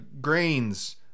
grains